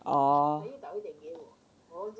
orh